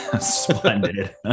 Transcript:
splendid